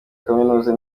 kaminuza